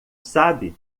sabe